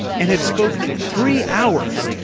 and had spoken three hours,